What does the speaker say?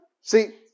See